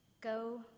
go